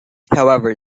however